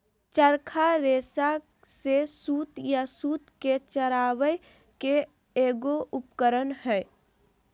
चरखा रेशा से सूत या सूत के चरावय के एगो उपकरण हइ